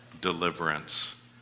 deliverance